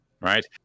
Right